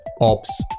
ops